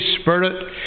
Spirit